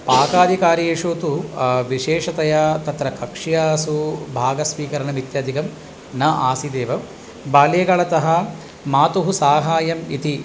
पाकादिकार्येषु तु विशेषतया तत्र कक्ष्यासु भागस्वीकरणमित्यादिकं न आसीदेव बाल्यकालतः मातुः साहाय्यम् इति